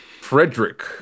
Frederick